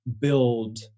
build